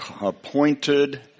appointed